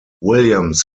williams